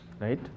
right